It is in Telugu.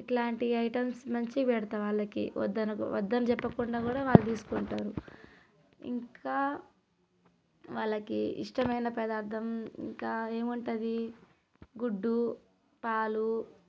ఇట్లాంటి ఐటమ్స్ మంచిగా పెడతా వాళ్ళకి వద్దని వద్దని చెప్పకుండా కూడా వాళ్ళు తీసుకుంటారు ఇంకా వాళ్ళకి ఇష్టమైన పదార్థం ఇంకా ఏముంటుంది గుడ్డు పాలు